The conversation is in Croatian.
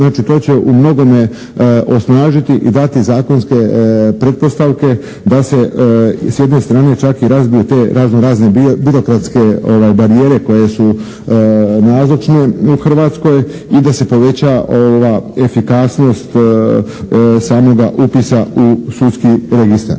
Znači, to će u mnogome osnažiti i dati zakonske pretpostavke da se s jedne strane čak i razbiju te razno razne birokratske barijere koje su nazočne u Hrvatskoj i da se poveća efikasnost samoga upisa u sudski registar.